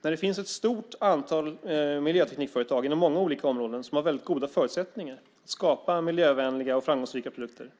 när det finns ett stort antal miljöteknikföretag inom många olika områden som har goda förutsättningar att skapa miljövänliga och framgångsrika produkter.